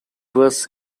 was